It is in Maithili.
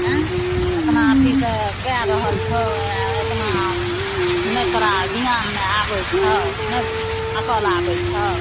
एँ एतना अथीसे कै रहल छौ आओर एतना नहि तोहरा ज्ञानमे आबै छौ नहि अकिल आबै छौ